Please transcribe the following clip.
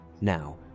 Now